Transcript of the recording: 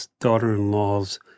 daughter-in-law's